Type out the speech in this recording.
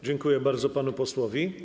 Dziękuję bardzo panu posłowi.